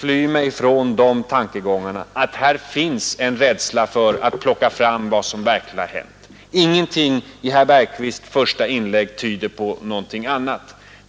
fly bort från den tankegången att det förekommer en rädsla för att redovisa vad som verkligen hänt. Ingenting i herr Bergqvists första inlägg tyder på något annat.